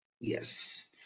Yes